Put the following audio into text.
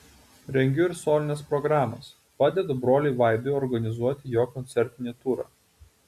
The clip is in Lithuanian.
rengiu ir solines programas padedu broliui vaidui organizuoti jo koncertinį turą